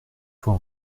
fois